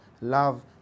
love